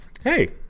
Hey